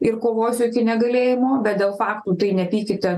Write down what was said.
ir kovosiu iki negalėjimo bet dėl faktų tai nepykite